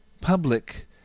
public